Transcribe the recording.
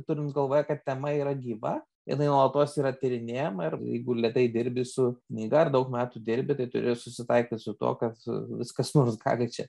turint galvoje kad tema yra gyva jinai nuolatos yra tyrinėjama ir jeigu lėtai dirbi su knyga ar daug metų dirbi tai turi susitaikyt su tuo kad vis kas nors gali čia